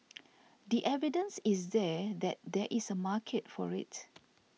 the evidence is there that there is a market for it